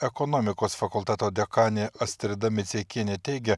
ekonomikos fakulteto dekanė astrida miceikienė teigia